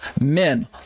men